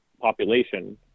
population